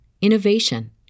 innovation